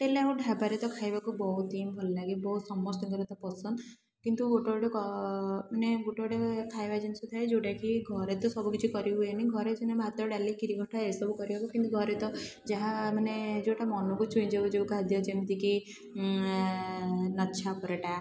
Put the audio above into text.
hotel ଆଉ ଢାବାରେ ତ ଖାଇବାକୁ ବହୁତ ହିଁ ଭଲଲାଗେ ବହୁତ ସମସ୍ତଙ୍କର ତ ପସନ୍ଦ କିନ୍ତୁ ଗୋଟେ ଗୋଟେ ମାନେ ଗୋଟେ ଗୋଟେ ଖାଇବା ଜିନିଷ ଥାଏ ଯେଉଁଟାକି ଘରେ ତ ସବୁ କିଛି କରିହୁଏନି ଘରେ ସିନା ଭାତ ଡାଲି ଖିରି ଖଟା ଏସବୁ କରିହେବ କିନ୍ତୁ ଘରେ ତ ଯାହା ମାନେ ଯେଉଁଟା ମନକୁ ଛୁଇଁଯିବ ଯେଉଁ ଖାଦ୍ୟ ଯେମିତିକି ଲଚ୍ଛା ପରଟା